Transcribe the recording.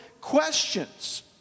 questions